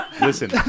Listen